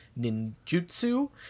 ninjutsu